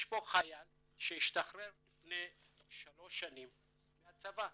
יש פה חייל שהשתחרר לפני שלוש שנים מהצבא.